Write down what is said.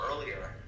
earlier